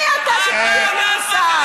מי אתה שתטיף לי מוסר?